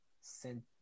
Sent